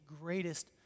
greatest